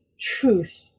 truth